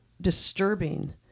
disturbing